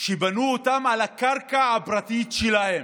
שבנו אותם על הקרקע הפרטית שלהם.